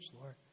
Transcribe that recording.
Lord